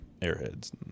Airheads